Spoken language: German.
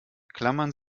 klammern